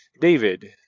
David